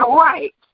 right